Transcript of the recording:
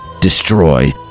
destroy